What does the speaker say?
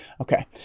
Okay